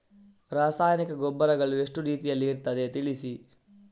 ರಾಸಾಯನಿಕ ಗೊಬ್ಬರಗಳು ಎಷ್ಟು ರೀತಿಯಲ್ಲಿ ಇರ್ತದೆ ತಿಳಿಸಿ?